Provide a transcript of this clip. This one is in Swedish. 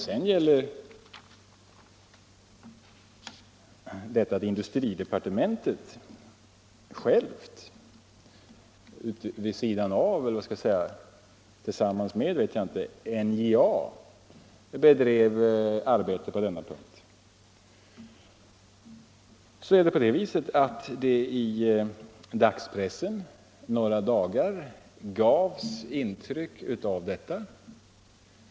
Beträffande uppgiften att industridepartementet självt vid sidan av eller tillsammans med NJA bedrev arbete på denna punkt så gavs det i dagspressen för några dagar sedan intryck av detta.